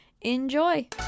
enjoy